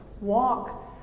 walk